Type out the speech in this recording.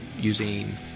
using